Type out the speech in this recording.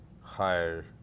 higher